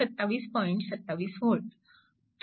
27V